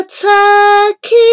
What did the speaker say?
turkey